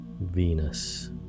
Venus